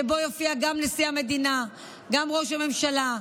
שבו יופיעו גם נשיא המדינה וגם ראש הממשלה,